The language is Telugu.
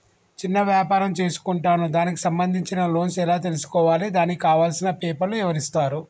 చిన్న వ్యాపారం చేసుకుంటాను దానికి సంబంధించిన లోన్స్ ఎలా తెలుసుకోవాలి దానికి కావాల్సిన పేపర్లు ఎవరిస్తారు?